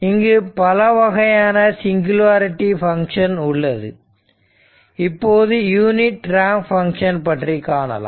இங்கு பலவகையான singularity function உள்ளது இப்போது யூனிட் ரேம்ப் பங்க்ஷன் பற்றி காணலாம்